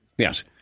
Yes